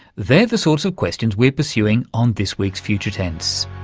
they're the sorts of questions we're pursuing on this week's future tense.